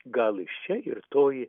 gal iš čia ir toji